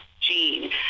gene